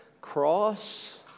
Cross